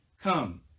come